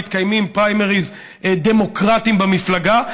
מתקיימים פריימריז דמוקרטים במפלגה.